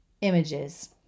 images